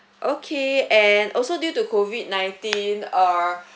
okay and also due to COVID nineteen uh